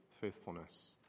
faithfulness